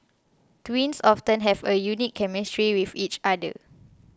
twins often have a unique chemistry with each other